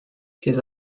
his